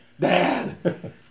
dad